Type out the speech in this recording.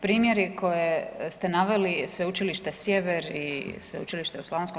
Primjeri koje ste naveli, Sveučilište Sjever i Sveučilište u Sl.